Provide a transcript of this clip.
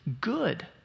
good